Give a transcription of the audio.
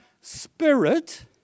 Spirit